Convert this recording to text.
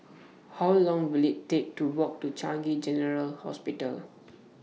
How Long Will IT Take to Walk to Changi General Hospital